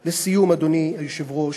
לסיום, אדוני היושב-ראש,